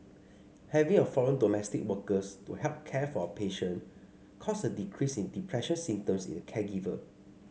having a foreign domestic workers to help care for a patient caused a decrease in depressive symptoms in the caregiver